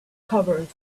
covered